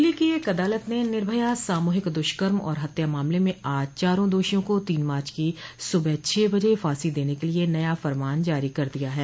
दिल्ली की एक अदालत ने निर्भया सामूहिक दुष्कर्म और हत्या मामले में आज चारों दोषियों को तीन मार्च की सूबह छह बजे फांसी देने के लिए नया फरमान जारी कर दिया है